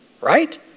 right